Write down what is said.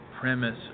premise